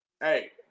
Hey